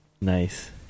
Nice